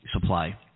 supply